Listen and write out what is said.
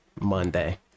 Monday